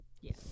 yes